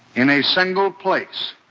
in a single place